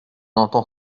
entend